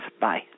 Bye